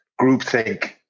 groupthink